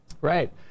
right